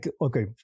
okay